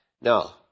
Now